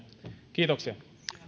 kiitoksia